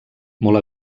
molt